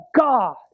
God